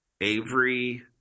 Avery